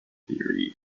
theory